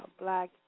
black